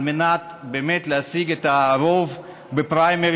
על מנת באמת להשיג את הרוב בפריימריז,